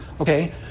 Okay